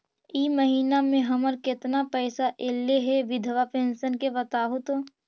इ महिना मे हमर केतना पैसा ऐले हे बिधबा पेंसन के बताहु तो?